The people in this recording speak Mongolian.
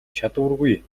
чадваргүй